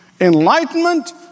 Enlightenment